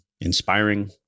inspiring